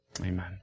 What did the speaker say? amen